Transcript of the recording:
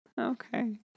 Okay